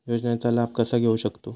योजनांचा लाभ कसा घेऊ शकतू?